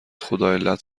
خداعلت